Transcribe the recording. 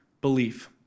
belief